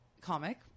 comic